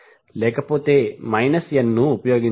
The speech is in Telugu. లేకపోతే n ఉపయోగించండి